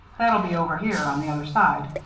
that'll be over here on the other side.